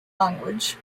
language